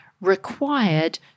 required